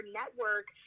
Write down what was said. network